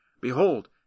Behold